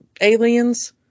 aliens